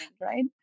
right